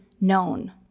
known